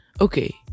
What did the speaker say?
Okay